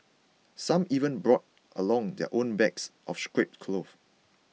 some even brought along their own bags of scrap cloth